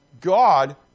God